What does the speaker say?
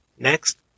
Next